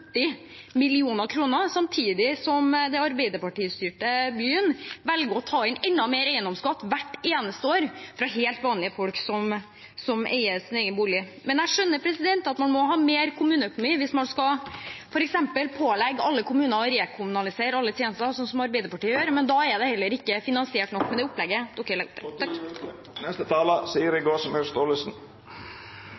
samtidig som den Arbeiderparti-styrte byen velger å ta inn enda mer i eiendomsskatt hvert eneste år fra helt vanlige folk som eier sin egen bolig. Jeg skjønner at man må ha mer kommuneøkonomi hvis man f.eks. skal pålegge alle kommuner å rekommunalisere alle tjenester, som Arbeiderpartiet gjør, men da er det heller ikke finansiert nok med det opplegget